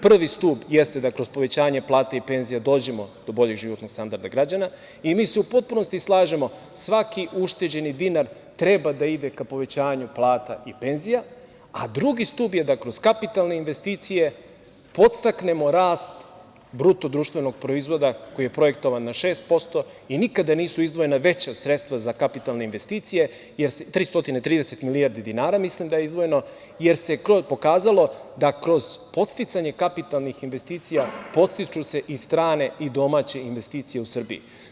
Prvi stub jeste, dakle, uz povećanje plate i penzija, da dođemo do boljeg životnog standarda građana i mi se u potpunosti slažemo, svaki ušteđeni dinar treba da ide ka povećanju plata i penzija, a drugi stub je da kroz kapitalne investicije podstaknemo rast BDP-a koji je projektovan na 6% i nikada nisu izdvojena veća sredstva za kapitalne investicije, 330 milijardi dinara mislim da je izdvojeno, jer se pokazalo da kroz podsticanje kapitalnih investicija podstiču se i strane i domaće investicije u Srbiji.